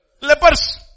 Lepers